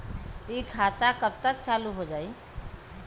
इ खाता कब तक चालू हो जाई?